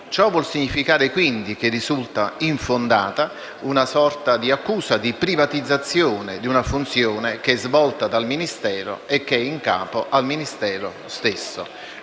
Ciò vuol significare che risulta infondata una sorta di accusa di privatizzazione di una funzione che è svolta dal Ministero e che è in capo al Ministero stesso.